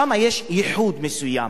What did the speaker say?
שם יש ייחוד מסוים,